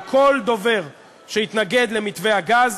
על כל דובר שהתנגד למתווה הגז